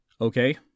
Okay